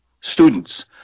students